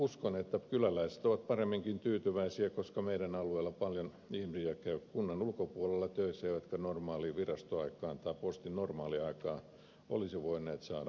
uskon että kyläläiset ovat paremminkin tyytyväisiä koska meidän alueella paljon ihmisiä käy kunnan ulkopuolella töissä eivätkä normaaliin virastoaikaan tai postin normaaliaikaan olisi voineet saada palvelua